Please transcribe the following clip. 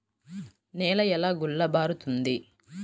నేల ఎలా గుల్లబారుతుంది?